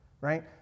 right